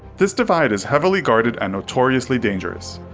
this divide is heavily guarded and notoriously dangerous.